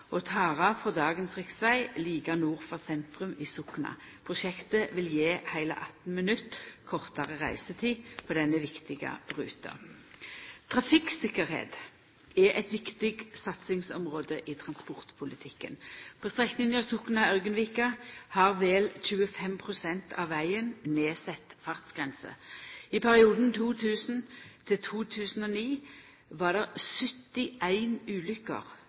og tek av frå dagens riksveg like nord for sentrum i Sokna. Prosjektet vil gje heile 18 minutt kortare reisetid på denne viktige ruta. Trafikktryggleik er eit viktig satsingsområde i transportpolitikken. På strekninga Sokna–Ørgenvika har vel 25 pst. av vegen nedsett fartsgrense. I perioden 2000–2009 var det